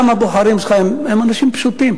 גם הבוחרים שלך הם אנשים פשוטים,